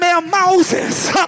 Moses